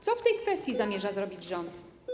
Co w tej kwestii zamierza zrobić rząd?